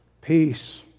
peace